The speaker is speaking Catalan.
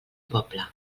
poble